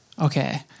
Okay